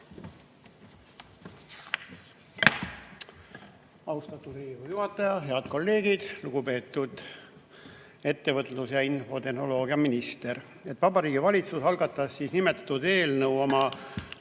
Austatud Riigikogu juhataja! Head kolleegid! Lugupeetud ettevõtlus‑ ja infotehnoloogiaminister! Vabariigi Valitsus algatas nimetatud eelnõu oma